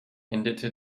endete